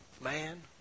man